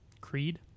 Creed